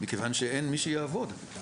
מכיוון שאין מי שיעבוד.